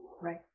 right